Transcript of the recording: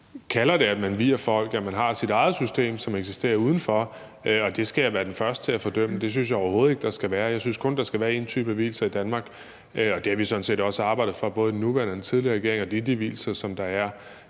man kalder det, at man vier folk, og at man har sit eget system, som eksisterer udenfor, og det skal jeg være den første til at fordømme; det synes jeg overhovedet ikke der skal være. Jeg synes kun, der skal være én type af vielser i Danmark, og det har vi sådan set også arbejdet for både i den nuværende og den tidligere regering, og det er de vielser, som der er